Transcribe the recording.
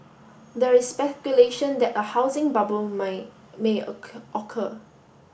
there is speculation that a housing bubble may occur